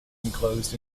enclosed